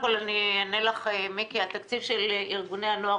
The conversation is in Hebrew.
אני אענה קודם כל למיקי: התקציב של ארגוני הנוער